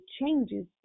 changes